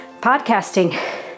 podcasting